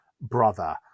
brother